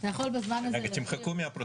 ארגוני הסיוע.